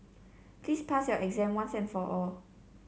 please pass your exam once and for all